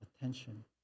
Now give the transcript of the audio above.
attention